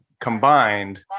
combined